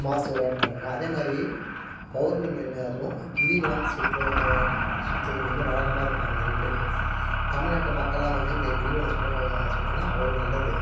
மாதத்துக்கு ஒரு வாட்டி நடக்கும் அதே மாதிரி பெளர்ணமி அன் அதுவும் கிரிவலம் சுற்ற சுற்றுறது வந்து வழக்கமாக இருப்பாங்க நிறைய பேர் தமிழ்நாட்டு மக்கள்லாம் வந்து இங்கே கிரிவலம் சுட சுற்றினா அவ்வளோ நல்லது